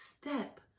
step